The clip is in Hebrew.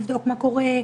לבדוק מה קורה,